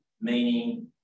meaning